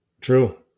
True